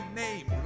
name